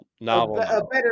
novel